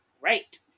Right